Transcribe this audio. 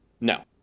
no